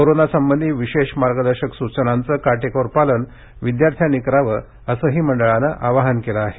कोरोनासंबंधी विशेष मार्गदर्शक सूचनांचं काटेकोर पालन विद्यार्थ्यांनी करावं असंही मंडळानं आवाहन केलं आहे